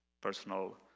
personal